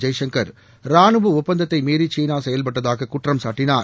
ஜெய்சுங்கர் ராணுவ ஒப்பந்தத்தை மீறி சீனா செயல்பட்டதாக குற்றம் சாட்டினார்